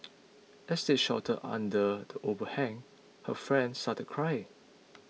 as they sheltered under the overhang her friend started crying